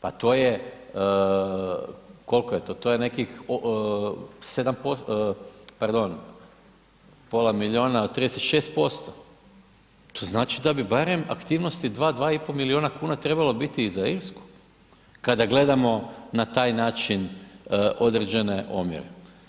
pa to je, koliko je to, to je nekih 7%, pardon, pola milijuna, 36%, to znači da bi barem aktivnosti 2, 2,5 milijuna kuna trebalo biti i za Irsku kada gledamo na taj način određene omjere.